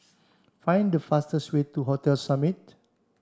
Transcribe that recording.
find the fastest way to Hotel Summit